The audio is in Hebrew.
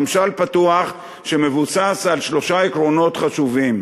ממשל פתוח שמבוסס על שלושה עקרונות חשובים: